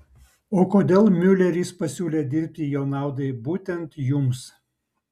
o kodėl miuleris pasiūlė dirbti jo naudai būtent jums